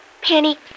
Penny